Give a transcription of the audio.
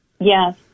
Yes